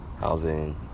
housing